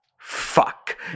fuck